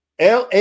LA